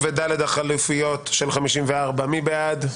הסתייגות לחלופין 59. מי בעד?